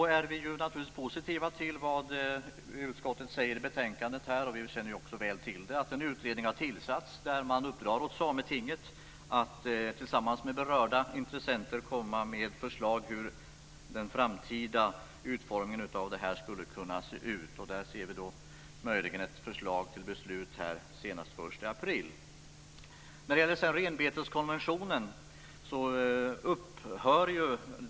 Vi är positiva till vad utskottet säger i betänkandet. Vi känner till att en utredning har tillsatts där man uppdrar åt Sametinget att tillsammans med berörda intressenter komma med ett förslag till hur den framtida utformningen skulle kunna se ut. Där ser vi möjligen ett förslag till beslut senast den 1 april. Så till renbeteskonventionen.